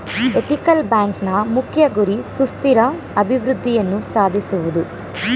ethical ಬ್ಯಾಂಕ್ನ ಮುಖ್ಯ ಗುರಿ ಸುಸ್ಥಿರ ಅಭಿವೃದ್ಧಿಯನ್ನು ಸಾಧಿಸುವುದು